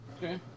Okay